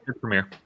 Premiere